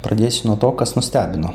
pradėsiu nuo to kas nustebino